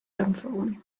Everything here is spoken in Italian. canzoni